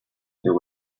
there